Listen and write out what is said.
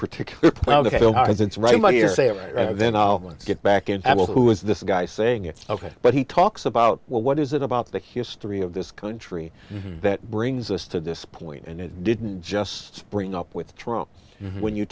saying then i'll get back in who is this guy saying it's ok but he talks about well what is it about the history of this country that brings us to this point and it didn't just spring up with trump when you